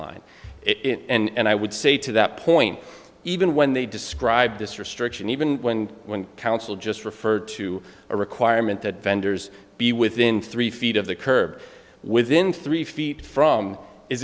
line it and i would say to that point even when they describe this restriction even when one council just referred to a requirement that vendors be within three feet of the curb within three feet from is